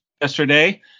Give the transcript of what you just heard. yesterday